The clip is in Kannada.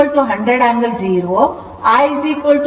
V 100 angle 0 I 77